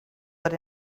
but